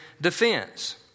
defense